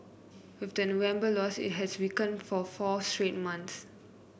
with the November loss it has weakened for four straight months